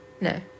No